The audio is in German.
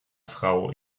frau